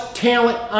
talent